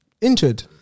injured